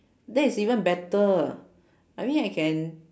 that is even better I mean I can